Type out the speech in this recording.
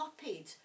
copied